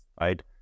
right